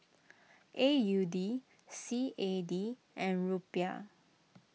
A U D C A D and Rupiah